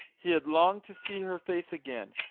he had longed to see her face again,